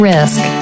Risk